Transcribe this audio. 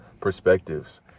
perspectives